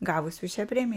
gavusių šią premiją